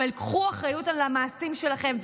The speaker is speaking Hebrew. אבל קחו אחריות על המעשים שלכם,